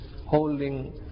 holding